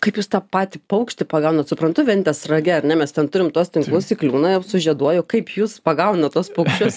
kaip jūs tą patį paukštį pagaunat suprantu ventės rage ar ne mes ten turim tuos tinklus įkliūna sužieduoja o kaip jūs pagaunat tuos paukščius